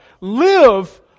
Live